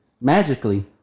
Magically